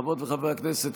חברות וחברי הכנסת,